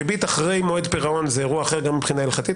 ריבית אחרי מועד פירעון זה אירוע אחר גם מבחינה הלכתית.